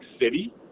City